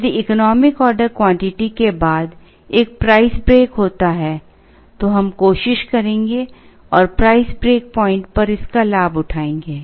यदि economic order quantity के बाद एक प्राइस ब्रेक होता है तो हम कोशिश करेंगे और प्राइस ब्रेक प्वाइंट पर इसका लाभ उठाएंगे